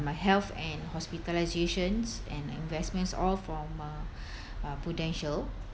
my health and hospitalizations and investments all from uh uh prudential